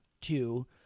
Two